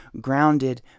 grounded